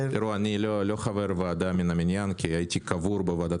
אני לא חבר ועדה מן המניין כי הייתי קבור בוועדת